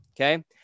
Okay